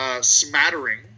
smattering